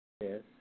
Yes